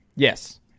Yes